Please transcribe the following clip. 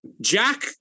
Jack